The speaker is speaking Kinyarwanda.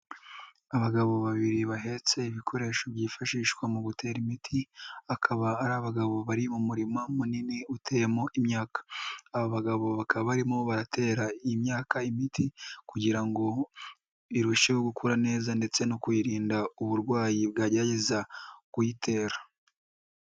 Abagabo babiri bahetse ibikoresho byifashishwa mu gutera imiti, akaba ari abagabo bari mu murima munini uteyemo imyaka, aba bagabo bakaba barimo baratera imyaka imiti kugira ngo irusheho gukura neza ndetse no kuyirinda uburwayi bwagerageza kuyitera.